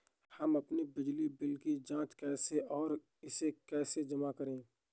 हम अपने बिजली बिल की जाँच कैसे और इसे कैसे जमा करें?